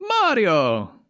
Mario